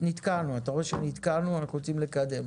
רואה שנתקענו ואנחנו רוצים לקדם.